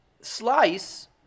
slice